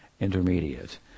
intermediate